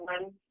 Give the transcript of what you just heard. one